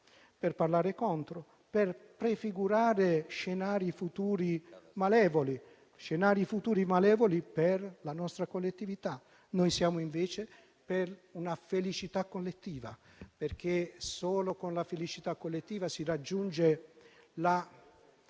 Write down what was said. per prefigurare scenari futuri malevoli per la nostra collettività. Noi siamo invece per una felicità collettiva, perché solo con la felicità collettiva si raggiunge il